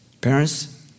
Parents